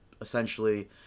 essentially